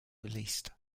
released